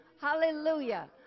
Hallelujah